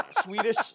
Swedish